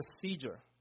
procedure